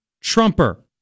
Trumper